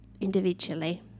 individually